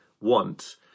want